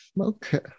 Okay